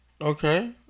Okay